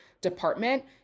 department